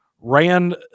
ran